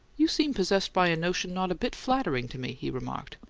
you seem possessed by a notion not a bit flattering to me, he remarked.